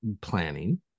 planning